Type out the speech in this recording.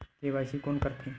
KYC कोन करथे?